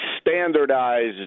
standardized